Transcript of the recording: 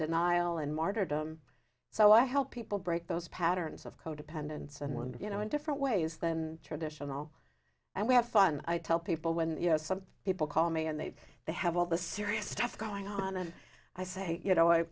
denial and martyrdom so i help people break those patterns of co dependence and wonder you know in different ways than traditional and we have fun i tell people when you know some people call me and they they have all the serious stuff going on and i say you know i